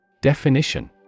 Definition